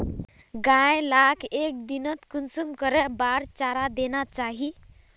गाय लाक एक दिनोत कुंसम करे बार चारा देना चही?